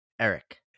Eric